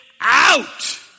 out